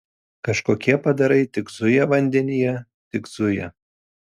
kažkokie padarai tik zuja vandenyje tik zuja